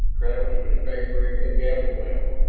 travis was favoring a gamble now,